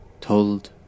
told